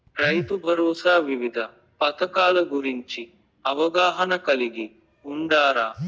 రైతుభరోసా వివిధ పథకాల గురించి అవగాహన కలిగి వుండారా?